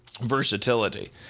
versatility